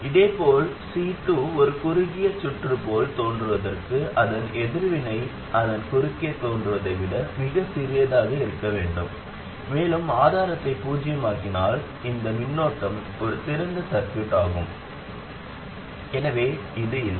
இதேபோல் C2 ஒரு குறுகிய சுற்று போல் தோன்றுவதற்கு அதன் எதிர்வினை அதன் குறுக்கே தோன்றுவதை விட மிகச் சிறியதாக இருக்க வேண்டும் மேலும் ஆதாரத்தை பூஜ்யமாக்கினால் இந்த மின்னோட்டம் ஒரு திறந்த சர்கியூட் ஆகும் எனவே இது இல்லை